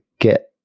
get